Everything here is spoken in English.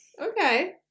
Okay